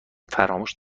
فراموش